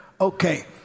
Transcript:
Okay